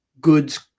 goods